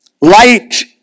light